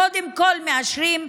קודם כול מאשרים,